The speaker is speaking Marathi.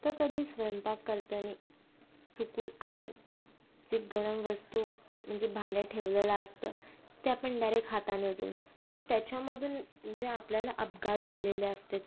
तर कधी स्वयंपाक करताना चुकून आपण जे गरम वस्तू म्हणजे भांडी ठेवलेलं असतं ते आपण डायरेक हाताने उचलतो तर त्याच्यामधून जे आपल्याला अपघात झालेले असतात